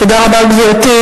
תודה רבה, גברתי.